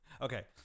Okay